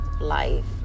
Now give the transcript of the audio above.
life